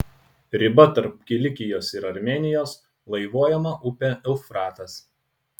riba tarp kilikijos ir armėnijos laivuojama upė eufratas